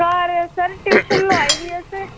घर sir tuition लाई दी ऐ ते